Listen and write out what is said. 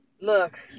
look